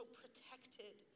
protected